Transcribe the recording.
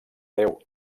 déu